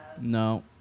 No